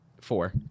Four